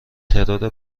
ترور